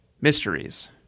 mysteries